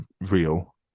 real